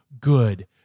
good